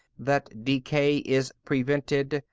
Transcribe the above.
that decay is prevented,